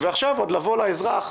ועכשיו עוד לבוא לאזרח,